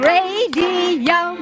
Radio